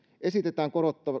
esitetään